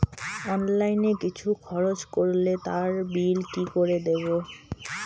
Online কিছু খরচ করলে তার বিল কি করে দেবো?